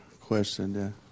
question